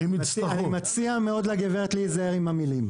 אני מציע מאוד לגברת להיזהר עם המילים.